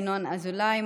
ינון אזולאי,